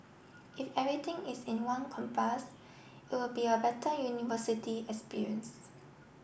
if everything is in one campus it'll be a better university experience